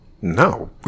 No